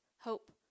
hope